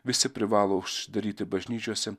visi privalo užsidaryti bažnyčiose